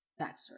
backstory